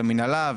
מנהלה,